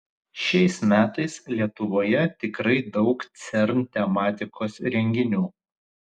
šiais metais lietuvoje tikrai daug cern tematikos renginių